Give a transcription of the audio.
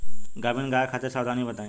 गाभिन गाय खातिर सावधानी बताई?